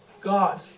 God